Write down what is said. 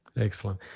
excellent